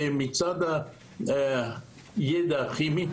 במשך השנים הצטבר ידע כימי